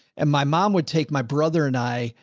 and my mom would take my brother and i,